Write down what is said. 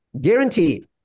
guaranteed